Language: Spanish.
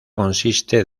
consiste